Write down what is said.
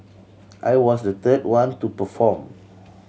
I was the third one to perform